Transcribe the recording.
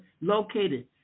located